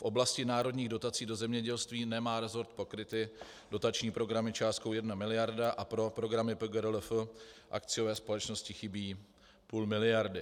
V oblasti národních dotací do zemědělství nemá resort pokryty dotační programy částkou 1 mld. a pro programy PGRLF akciové společnosti chybí půl miliardy.